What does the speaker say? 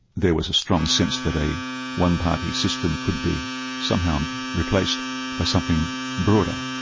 there was a strong sense that a one-party system could be somehow replaced by something broader.